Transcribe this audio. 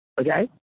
Okay